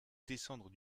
descendre